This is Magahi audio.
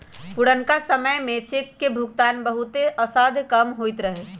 पुरनका समय में चेक के भुगतान बहुते असाध्य काम होइत रहै